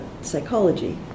psychology